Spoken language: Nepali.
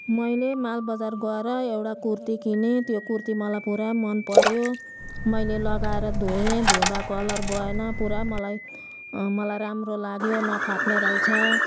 मैले मालबजार गएर एउटा कुर्ती किनेँ त्यो कुर्ती मलाई पुरा मनपऱ्यो मैले लगाएर धोएँ धुँदा कलर गएन पुरा मलाई मलाई राम्रो लाग्यो नफाट्ने रहेछ